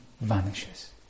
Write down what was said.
vanishes